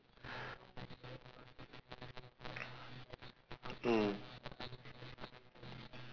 mm